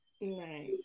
Nice